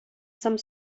some